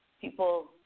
people